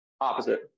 opposite